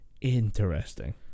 Interesting